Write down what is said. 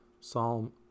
Psalm